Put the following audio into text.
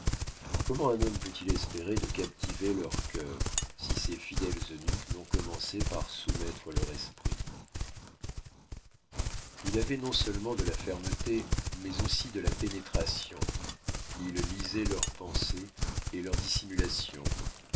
comment un homme peut-il espérer de captiver leur cœur si ses fidèles eunuques n'ont commencé par soumettre leur esprit il avoit non seulement de la fermeté mais aussi de la pénétration il lisoit leurs pensées et leurs dissimulations